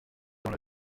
dans